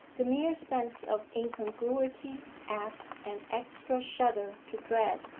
the mere sense of incongruity adds an extra shudder to dread.